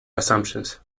assumptions